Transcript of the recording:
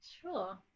Sure